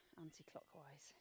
anti-clockwise